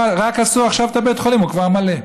רק עכשיו עשו את בית החולים והוא כבר מלא,